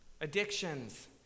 addictions